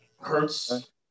hurts